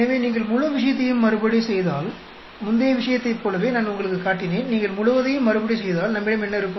எனவே நீங்கள் முழு விஷயத்தையும் மறுபடி செய்தால் முந்தைய விஷயத்தைப் போலவே நான் உங்களுக்குக் காட்டினேன் நீங்கள் முழுவதையும் மறுபடி செய்தால் நம்மிடம் என்ன இருக்கும்